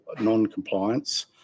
non-compliance